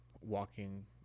walking